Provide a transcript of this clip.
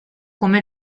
come